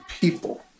people